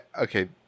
Okay